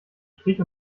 strich